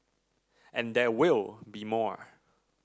and there will be more